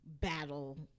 battle